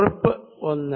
കുറിപ്പ് ഒന്ന്